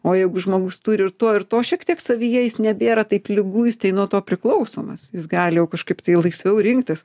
o jeigu žmogus turi ir to ir to šiek tiek savyje jis nebėra taip liguistai nuo to priklausomas jis gali jau kažkaip laisviau rinktis